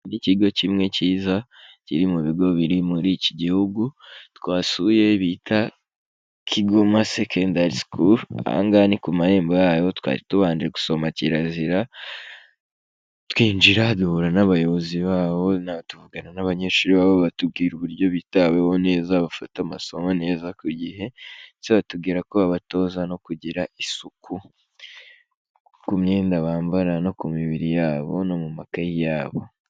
Ni ikigo kimwe cyiza kiri mu bigo biri muri iki gihugu twasuye bita Kigoma sekendare school, aha ngaha ni kumarembo yayo twari tubanje gusoma kirazira twinjira duhura n'abayobozi babo tuvugana n'abanyeshuri babo batubwira uburyo bitaweho neza bafata amasomo neza ku gihe ndetse batubwira ko babatoza no kugira isuku ku myenda bambara no ku mibiri yabo no mu makayi yabo.